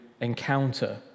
encounter